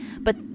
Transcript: But-